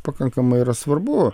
pakankamai yra svarbu